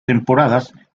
temporadas